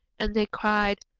and they cried,